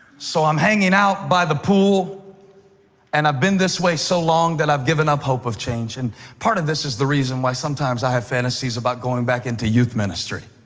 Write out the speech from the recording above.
so i'm hanging out by the pool and i've been this way so long i've i've given up hope of change. and part of this is the reason why sometimes i have fantasies about going back into youth ministry,